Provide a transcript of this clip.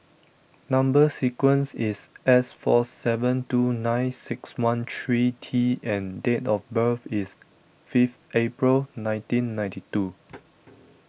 Number Sequence is S four seven two nine six one three T and date of birth is fifth April nineteen ninety two